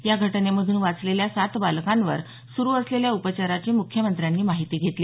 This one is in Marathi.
या घटनेमधून वाचलेल्या सात बालकांवर सुरु असलेल्या उपचाराची मुख्यमंत्र्यांनी माहिती घेतली